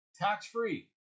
tax-free